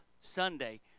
Sunday